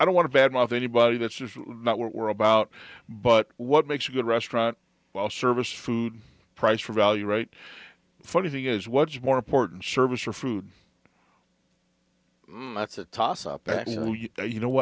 don't want to bad mouth anybody that's just not what we're about but what makes a good restaurant well service food price for value right funny thing is what's more important service or food it's a toss up that you know